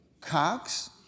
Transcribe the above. Cox